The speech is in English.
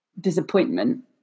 disappointment